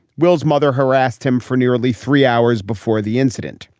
will's mother harassed him for nearly three hours before the incident.